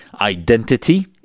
Identity